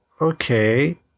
okay